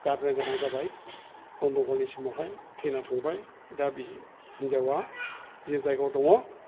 गारनो गोनां जाबाय गन्द'गलनि समावहाय थैना थांबाय दा बि हिनजावआ जे जायगायाव दङ